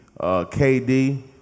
KD